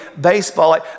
baseball